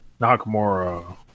Nakamura